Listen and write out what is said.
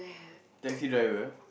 taxi driver